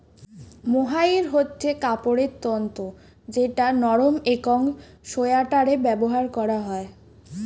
mohair হচ্ছে কাপড়ের তন্তু যেটা নরম একং সোয়াটারে ব্যবহার করা হয়